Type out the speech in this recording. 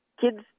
Kids